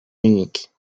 unique